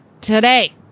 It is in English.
today